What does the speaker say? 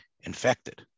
infected